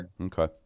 Okay